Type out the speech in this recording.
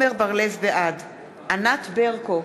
בעד ענת ברקו,